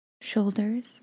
shoulders